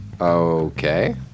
Okay